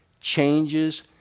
changes